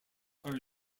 are